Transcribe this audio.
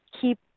keep